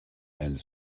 and